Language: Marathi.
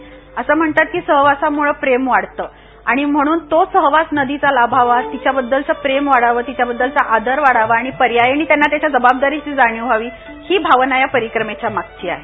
वसं म्हणतात की सहवासामुळं प्रेम वाढतं आणि म्हणून तो सहवास दिचा लाभावा तीच्याबद्दलचं प्रेम वाढावं तीच्याबद्दलचा आदर वाढावा आणि पर्यायानं त्यांना त्यांच्या जबाबारीची जाणीव व्हावी ही भावना ह्या परीक्रमेच्या मागची आहे